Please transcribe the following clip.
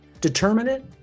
determinant